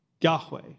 Yahweh